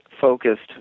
focused